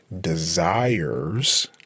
desires